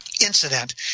incident